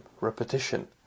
repetition